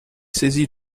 saisie